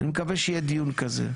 אני מקווה שיהיה דיון כזה.